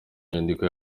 inyandiko